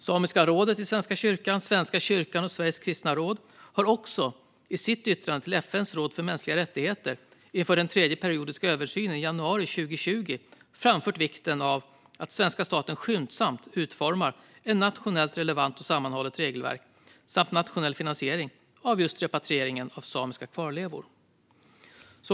Samiska rådet i Svenska kyrkan, Svenska kyrkan och Sveriges kristna råd har också i sitt yttrande till FN:s råd för mänskliga rättigheter inför den tredje periodiska översynen i januari 2020 framfört vikten av att svenska staten skyndsamt utformar ett nationellt relevant och sammanhållet regelverk samt nationell finansiering av just repatrieringen av samiska kvarlevor.